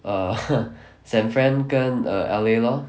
ah san fran 跟 err L_A lor